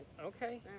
Okay